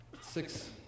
six